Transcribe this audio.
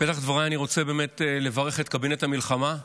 בפתח דבריי אני רוצה באמת לברך את קבינט המלחמה,